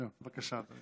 מה אתה רוצה?